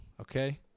Okay